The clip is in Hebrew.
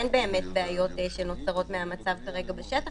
אין באמת בעיות שנוצרות מהמצב כרגע בשטח